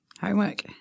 Homework